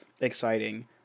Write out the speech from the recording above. exciting